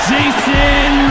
Jason